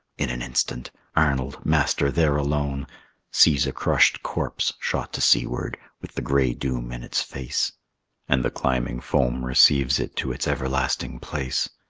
in an instant arnold, master, there alone sees a crushed corpse shot to seaward, with the gray doom in its face and the climbing foam receives it to its everlasting place.